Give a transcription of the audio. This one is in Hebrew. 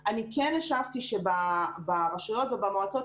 הכבוד, שאפו שכך אתה מתייחס ורואה את הדברים.